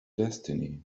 destiny